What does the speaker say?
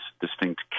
distinct